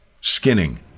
skinning